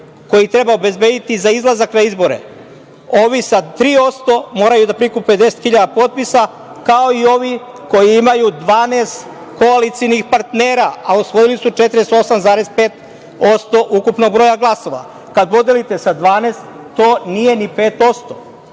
koji treba obezbediti za izlazak na izbore. Ovi sa 3% moraju da prikupe 50.000 potpisa, kao i ovi koji imaju 12 koalicionih partnera, a osvojili su 48,5% ukupnog broja glasova. Kad podelite sa 12, to nije ni 5%.